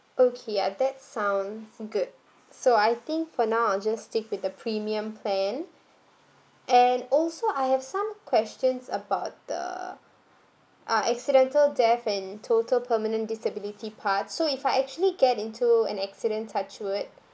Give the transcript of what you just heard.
okay uh that sound good so I think for now I'll just stick with the premium plan and also I have some questions about the ah accidental death and total permanent disability part so if I actually get into an accident touch wood